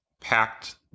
packed